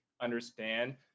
understand